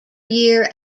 year